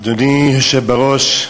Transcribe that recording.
אדוני היושב בראש,